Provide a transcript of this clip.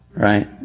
Right